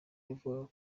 yavugaga